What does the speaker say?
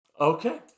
okay